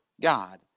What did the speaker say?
God